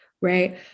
right